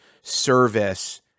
service